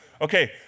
Okay